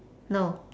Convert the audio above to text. no